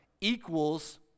equals